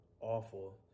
awful